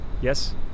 Yes